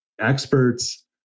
experts